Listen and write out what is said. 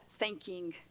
thanking